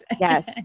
Yes